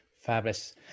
Fabulous